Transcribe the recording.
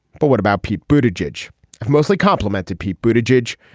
but what about pete booted george mostly compliment to pete booted george.